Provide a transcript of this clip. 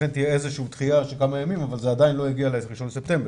לכן תהיה איזושהי דחייה של כמה ימים אבל זה עדיין לא יגיע ל-1 בספטמבר.